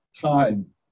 time